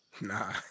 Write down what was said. Nah